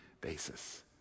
basis